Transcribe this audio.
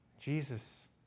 Jesus